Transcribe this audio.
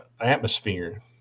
atmosphere